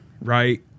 right